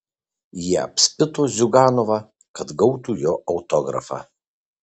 jie apspito ziuganovą kad gautų jo autografą